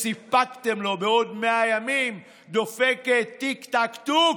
שסיפקתם לו בעוד 100 ימים דופקת טיק-טק-טוק,